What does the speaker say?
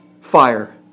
Fire